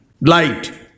light